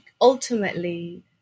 ultimately